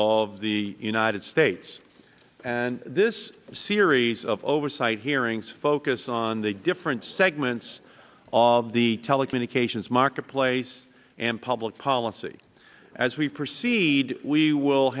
of the united states and this series of oversight hearings focused on the different segments of the telecommunications marketplace and public policy as we proceed we will